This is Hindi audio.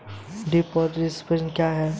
ड्रिप और स्प्रिंकलर क्या हैं?